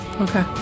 Okay